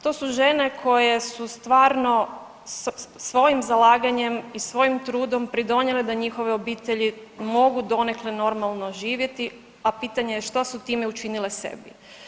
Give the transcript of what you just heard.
To su žene koje su stvarno svojim zalaganjem i svojim trudom pridonijele da njihove obitelji mogu donekle normalno živjeti, a pitanje je šta su time učinile sebi.